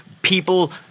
People